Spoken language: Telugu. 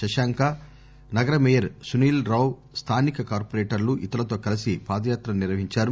శశాంక నగర మేయర్ సునీల్ రావు స్థానిక కార్పొరేటర్లు ఇతరులతో కలసి పాదయాత్రను నిర్వహించారు